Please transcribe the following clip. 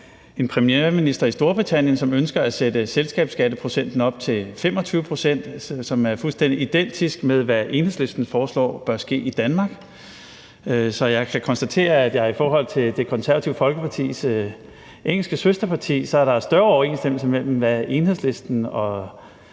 en premierminister i Storbritannien, som ønsker at sætte selskabsskatteprocenten op til 25 pct., hvilket er fuldstændig identisk med, hvad Enhedslisten foreslår bør ske i Danmark. Så jeg kan konstatere, at der i forhold til Det Konservative Folkepartis engelske søsterparti er større overensstemmelse mellem, hvad Enhedslisten og